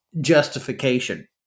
justification